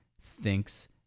thinks